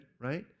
right